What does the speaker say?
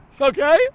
Okay